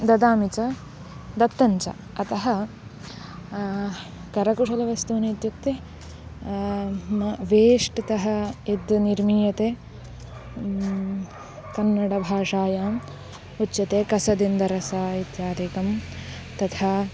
ददामि च दत्तञ्च अतः करकुशलवस्तूनि इत्युक्ते म वेष्टनं यद् निर्मीयते कन्नडभाषायाम् उच्यते कसदिन्दरसं इत्यादिकं तथा